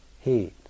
heat